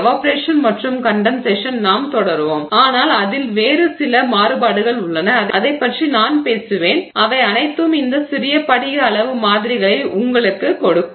evaporation மற்றும் கண்டென்சேஷனுடன் நாம் தொடருவோம் ஆனால் அதில் வேறு சில மாறுபாடுகள் உள்ளன அதைப் பற்றி நான் பேசுவேன் அவை அனைத்தும் இந்த சிறிய படிக அளவு மாதிரிகளையும் உங்களுக்குக் கொடுக்கும்